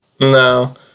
No